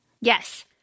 Yes